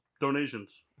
Donations